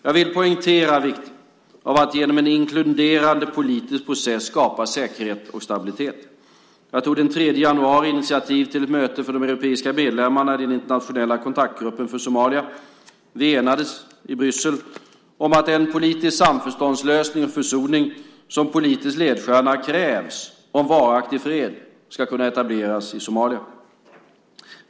Jag vill poängtera vikten av att genom en inkluderande politisk process skapa säkerhet och stabilitet. Jag tog den 3 januari initiativ till ett möte för de europeiska medlemmarna i den internationella kontaktgruppen för Somalia. Vi enades i Bryssel om att en politisk samförståndslösning och försoning som politisk ledstjärna krävs om varaktig fred ska kunna etableras i Somalia.